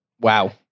Wow